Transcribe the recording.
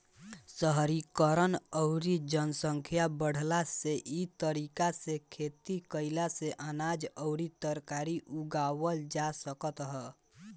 शहरीकरण अउरी जनसंख्या बढ़ला से इ तरीका से खेती कईला से अनाज अउरी तरकारी उगावल जा सकत ह